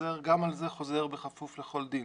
גם זה חוזר "בכפוף לפי כל דין".